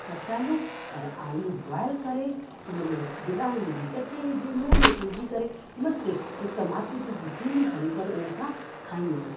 कचालू ऐं आलू बॉइल करे उन में गिदामिड़ी जी चटिणी विझी लूणु मिर्चु विझी करे मस्तु हिकु माचिस जी तिली खणी करे उन सां खाईंदा आहियूं